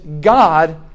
God